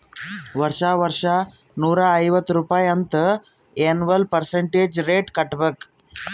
ವರ್ಷಾ ವರ್ಷಾ ನೂರಾ ಐವತ್ತ್ ರುಪಾಯಿ ಅಂತ್ ಎನ್ವಲ್ ಪರ್ಸಂಟೇಜ್ ರೇಟ್ ಕಟ್ಟಬೇಕ್